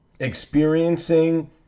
Experiencing